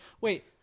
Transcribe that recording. wait